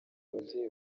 ababyeyi